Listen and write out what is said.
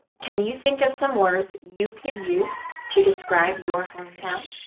can you think of some words you could use to describe your hometown?